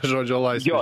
žodžio laisvė